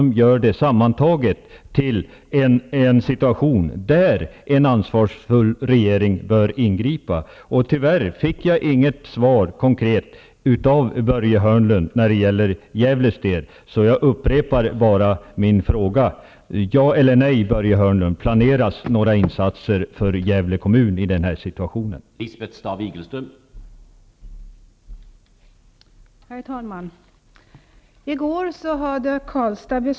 I en sådan situation bör en ansvarsfull regering ingripa. Tyvärr fick jag inget konkret svar av Börje Hörnlund när det gäller Gävle, så jag upprepar min fråga: Planeras några insatser för Gävle kommun i denna situation, Börje Hörnlund?